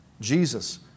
Jesus